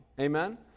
Amen